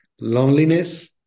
loneliness